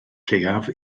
lleiaf